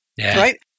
right